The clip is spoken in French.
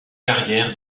carrière